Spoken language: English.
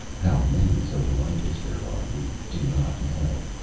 how many xotalancas there are we do not know,